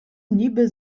niby